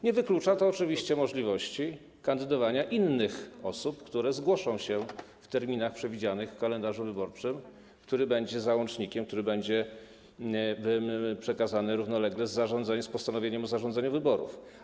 Nie wyklucza to oczywiście możliwości kandydowania innych osób, które zgłoszą się w terminach przewidzianych w kalendarzu wyborczym, który będzie załącznikiem, który będzie przekazany równolegle z postanowieniem o zarządzeniu wyborów.